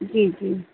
जी जी